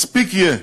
מספיק יהיה,